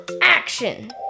Action